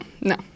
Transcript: no